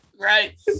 right